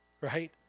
right